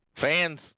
Fans